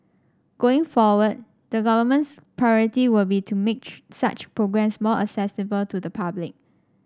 going forward the government's priority will be to make such programmes more accessible to the public